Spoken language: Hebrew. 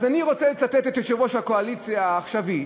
אז אני רוצה לצטט את יושב-ראש הקואליציה העכשווי,